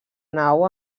nau